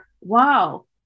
wow